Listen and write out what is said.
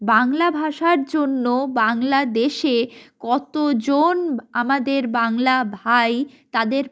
বাংলা ভাষার জন্য বাংলাদেশে কত জন আমাদের বাংলা ভাই তাদের